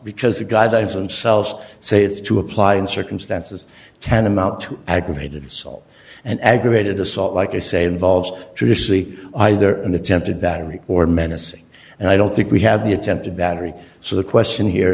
because the guidelines themselves say it's to apply in circumstances tantamount to aggravated assault and aggravated assault like i say involved traditionally either an attempted that or menacing and i don't think we have the attempted battery so the question here